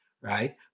right